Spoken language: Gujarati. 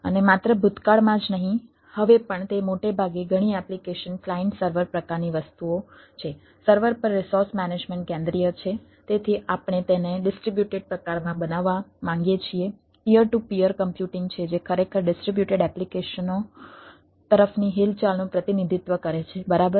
અને માત્ર ભૂતકાળમાં જ નહીં હવે પણ તે મોટે ભાગે ઘણી એપ્લિકેશન ક્લાયન્ટ સર્વર કમ્પ્યુટિંગ છે જે ખરેખર ડિસ્ટ્રિબ્યુટેડ એપ્લિકેશનો તરફની હિલચાલનું પ્રતિનિધિત્વ કરે છે બરાબર